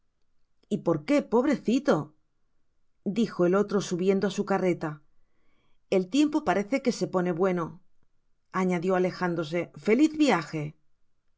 y porque pobrecito dijo el otro subiendo á su carreta el tiempo parece que se pone bueno añadió alejándose feliz viaje